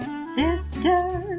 Sister